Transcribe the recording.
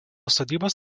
sodybos